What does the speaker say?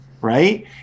right